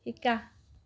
শিকা